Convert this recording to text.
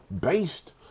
based